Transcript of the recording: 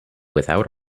without